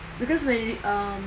because when we um